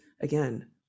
again